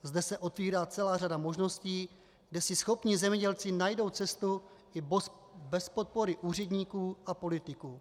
Zde se otevírá celá řada možností, kde si schopní zemědělci najdou cestu i bez podpory úředníků a politiků.